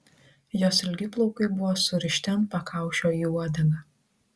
jos ilgi plaukai buvo surišti ant pakaušio į uodegą